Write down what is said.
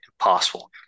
impossible